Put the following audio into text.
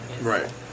Right